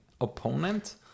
opponent